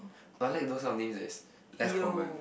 but like those kind of name that is less common